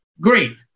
great